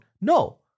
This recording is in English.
No